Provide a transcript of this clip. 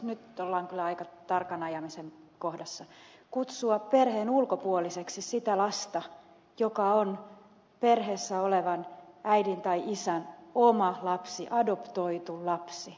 nyt ollaan kyllä aika tarkan ajamisen kohdassa jos kutsutaan perheen ulkopuoliseksi sitä lasta joka on perheessä olevan äidin tai isän oma lapsi adoptoitu lapsi